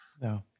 No